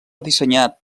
dissenyat